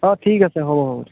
অঁ ঠিক আছে হ'ব হ'ব